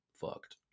fucked